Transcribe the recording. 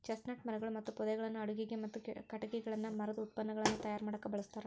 chestnut ಮರಗಳು ಮತ್ತು ಪೊದೆಗಳನ್ನ ಅಡುಗಿಗೆ, ಮತ್ತ ಕಟಗಿಗಳನ್ನ ಮರದ ಉತ್ಪನ್ನಗಳನ್ನ ತಯಾರ್ ಮಾಡಾಕ ಬಳಸ್ತಾರ